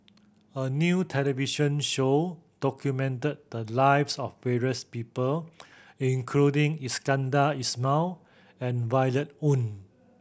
a new television show documented the lives of various people including Iskandar Ismail and Violet Oon